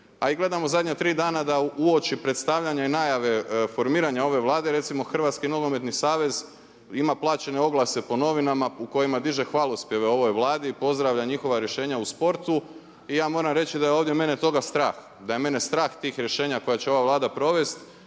gledamo zadnja tri dana da uoči predstavljanja i najave formiranja ove Vlade recimo Hrvatski nogometni savez ima plaćene oglase po novinama u kojima diže hvalospjeve ovoj Vladi i pozdravlja njihova rješenja u sportu. I ja moram reći da je ovdje mene toga strah, da je mene strah tih rješenja koje će ova Vlada provesti